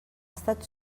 estat